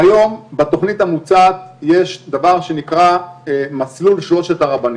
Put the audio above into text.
כיום בתכנית המוצעת יש דבר שנקרא מסלול שלושת הרבנים.